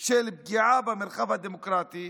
של פגיעה במרחב הדמוקרטי